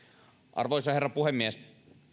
arvoisa herra puhemies